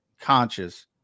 conscious